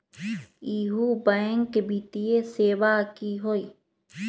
इहु बैंक वित्तीय सेवा की होई?